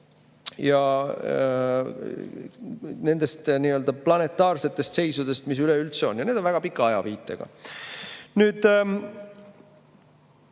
ja nendest planetaarsetest seisudest, mis üleüldse on. Need on väga pika ajaviitega. Kui